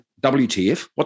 WTF